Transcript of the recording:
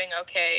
okay